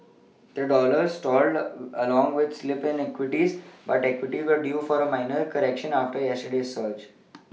the dollar stalled along with the slip in equities but equities were due for a minor correction after yesterday's surge